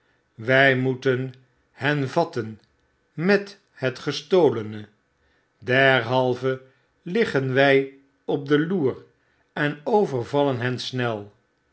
wy moeten hen vatten met het gestolene derhalve liggen wy op de loer en overvallen hen snel